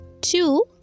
Two